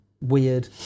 weird